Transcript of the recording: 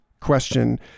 question